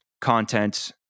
content